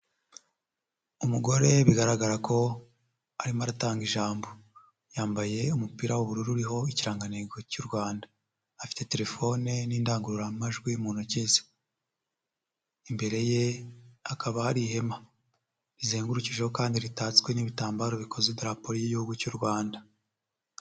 Umugore bigaragara ko arimo aratanga ijambo. Yambaye umupira w'ubururu uriho Ikirangantego cy'u Rwanda. Afite telefone n'indangururamajwi mu ntoki ze. Imbere ye hakaba hari ihema, rizengurukijeho kandi ritatswe n'ibitambaro bikoze Idarapo ry'Igihugu cy'u Rwanda.